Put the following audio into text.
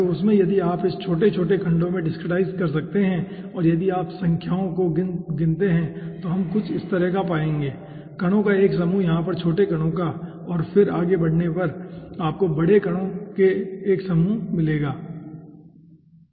तो उसमें यदि आप इसे छोटे छोटे खंडों में डिसक्रीटाईज़ कर सकते हैं और यदि आप संख्याओं को गिनते हैं तो हम कुछ इस तरह का पाएंगे कणों का एक समूह यहाँ पर छोटे कणों का और फिर आगे बढ़ने पर आपको बड़े कणों के एक समूह का मिलेगा ठीक